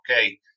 okay